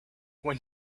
when